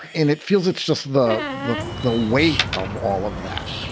and it feels it's just the book, the weight of all of that.